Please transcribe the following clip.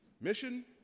mission